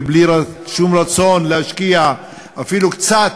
בלי שום רצון להשקיע אפילו קצת,